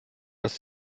dass